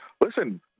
listen